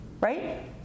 right